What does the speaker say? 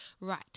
right